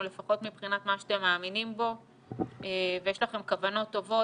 או לפחות מבחינת מה שאתם מאמינים בו ויש לכם כוונות טובות,